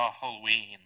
Halloween